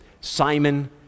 Simon